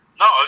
No